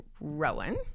Rowan